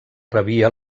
rebia